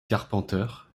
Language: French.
carpenter